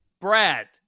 Brad